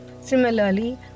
Similarly